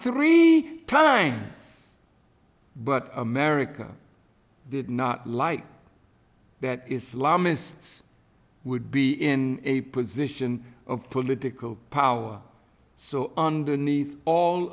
three times but america did not like that islamists would be in a position of political power so underneath all